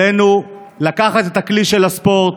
עלינו לקחת את הכלי של הספורט,